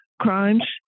crimes